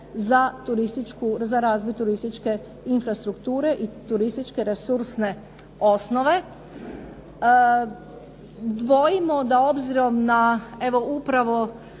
za razvoj turističke infrastrukture i turističke resursne osnove. Dvojimo da obzirom na, evo upravo